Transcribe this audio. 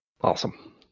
Awesome